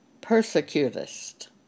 persecutest